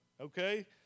Okay